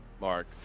Mark